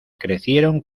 crecieron